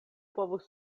povus